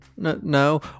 No